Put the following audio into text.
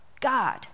God